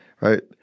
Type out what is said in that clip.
right